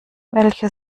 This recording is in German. welche